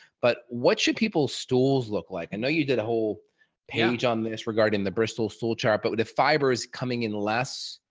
but what should people stools look like? i and know you did a whole page on this regarding the bristol stool chart but with a fiber is coming in less.